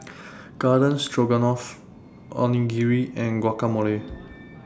Garden Stroganoff Onigiri and Guacamole